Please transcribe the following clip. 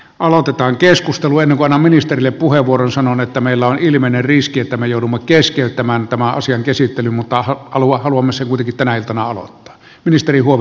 ennen kuin annan ministerille puheenvuoron sanon että meillä on ilmeinen riski että me joudumme keskeyttämään tämän asian käsittelyn mutta haluamme sen kuitenkin tänä iltana aloittaa